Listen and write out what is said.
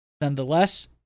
nonetheless